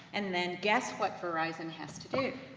and then, guess what verizon has to do.